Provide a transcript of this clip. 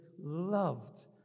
loved